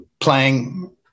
playing